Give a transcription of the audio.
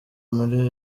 muri